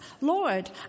Lord